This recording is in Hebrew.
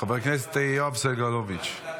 חבר הכנסת יואב סגלוביץ'.